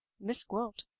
miss gwilt.